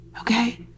Okay